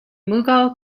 mughal